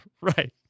right